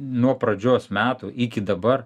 nuo pradžios metų iki dabar